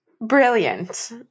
brilliant